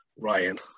Ryan